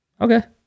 Okay